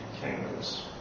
kingdoms